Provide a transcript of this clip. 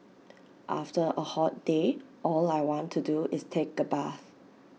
after A hot day all I want to do is take A bath